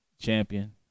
champion